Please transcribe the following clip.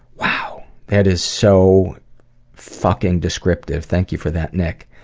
wow. that is so fucking descriptive. thank you for that, nick.